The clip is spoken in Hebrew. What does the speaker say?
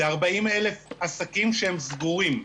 זה 40 אלף עסקים שהם סגורים.